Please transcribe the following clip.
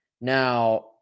now